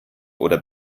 oder